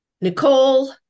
Nicole